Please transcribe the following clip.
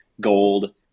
gold